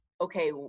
okay